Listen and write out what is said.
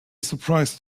surprise